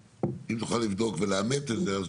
אם תוכל לבדוק ולאמת את זה אז